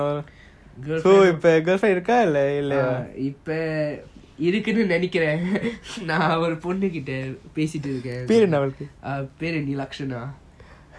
girlfriend இப்ப இருக்குனு நெனைக்கிறேன் நான் ஒரு பொண்ணு கிட்ட பேசிட்டு இருக்கான் பெரு Nilakshana irukunu nenaikiran naan oru ponnu kita peasitu irukan peru nilakshana